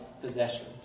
possession